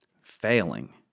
failing